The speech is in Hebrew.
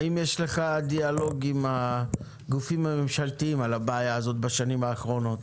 האם יש לך דיאלוג עם הגופים הממשלתיים על הבעיה הזאת בשנים האחרונות?